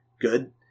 good